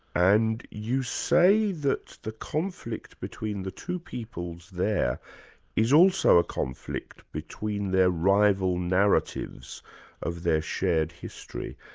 and you say that the conflict between the two peoples there is also a conflict between their rival narratives of their shared history.